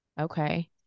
Okay